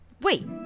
Wait